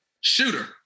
shooter